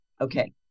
Okay